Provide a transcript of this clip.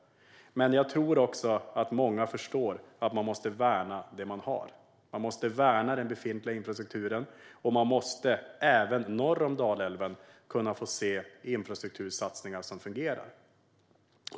Men jag tror också att många förstår att man måste värna om det som man har. Man måste värna om den befintliga infrastrukturen. Och man måste även norr om Dalälven kunna få se infrastruktursatsningar som fungerar.